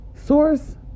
Source